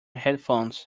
headphones